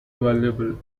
valuable